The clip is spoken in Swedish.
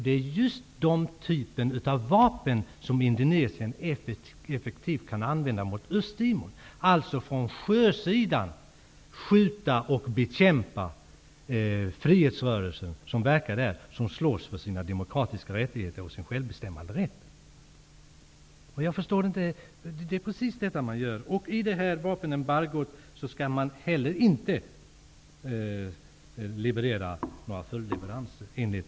Det är just den typen av vapen som Indonesien effektivt kan använda mot Östtimor, dvs. att från sjösidan skjuta mot och bekämpa den frihetsrörelse som verkar där och som slåss för demokratiska rättigheter och självbestämmanderätt. Vapenembargot innebär att man inte heller skall leverera följdleveranser, enligt